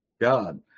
god